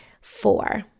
four